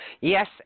Yes